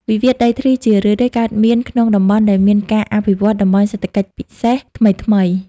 វិវាទដីធ្លីជារឿយៗកើតមាន ក្នុងតំបន់ដែលមានការអភិវឌ្ឍ "តំបន់សេដ្ឋកិច្ចពិសេស" ថ្មីៗ។